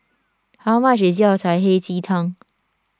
how much is Yao Cai Hei Ji Tang